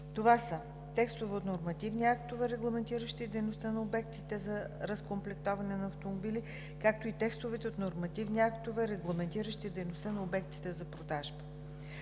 Това са текстове от нормативни актове, регламентиращи дейността на обектите за разкомплектоване на автомобили, както и текстовете от нормативни актове, регламентиращи дейността на обектите за продажба.